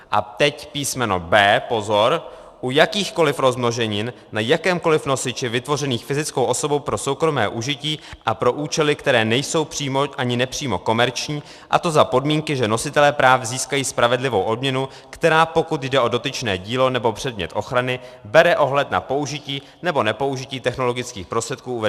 A teď písmeno b) pozor: u jakýchkoli rozmnoženin na jakémkoli nosiči vytvořených fyzickou osobou pro soukromé užití a pro účely, které nejsou přímo ani nepřímo komerční, a to za podmínky, že nositelé práv získají spravedlivou odměnu, která, pokud jde o dotyčné dílo nebo předmět ochrany, bere ohled na použití nebo nepoužití technologických prostředků uvedených v článku 6.